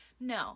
No